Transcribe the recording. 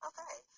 Okay